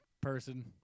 person